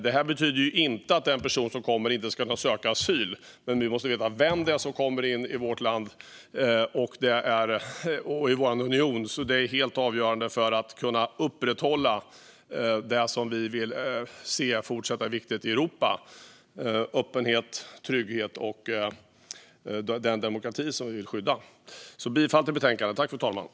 Det betyder inte att en person som kommer inte ska få söka asyl, men vi måste veta vem det är som kommer in i vårt land och i vår union. Det är helt avgörande för att kunna upprätthålla det som vi vill fortsätta att se som viktigt i Europa - öppenheten, tryggheten och den demokrati vi vill skydda. Jag yrkar bifall till utskottets förslag i betänkandet.